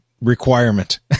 Requirement